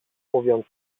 mówiąc